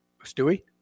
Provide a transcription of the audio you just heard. Stewie